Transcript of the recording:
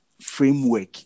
framework